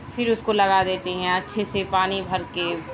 پھر اس کو لگا دیتے ہیں اچھے سے پانی بھر کے